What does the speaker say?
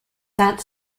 that